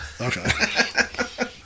Okay